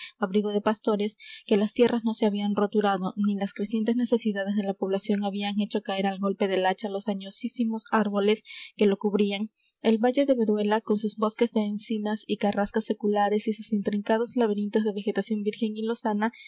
abrigo de pastores que las tierras no se habían roturado ni las crecientes necesidades de la población habían hecho caer al golpe del hacha los añosísimos árboles que lo cubrían el valle de veruela con sus bosques de encinas y carrascas seculares y sus intrincados laberintos de vegetación virgen y lozana